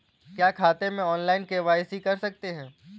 क्या खाते में ऑनलाइन के.वाई.सी कर सकते हैं?